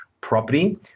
property